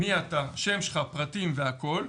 מי אתה, שם שלך, פרטים והכל.